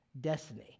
Destiny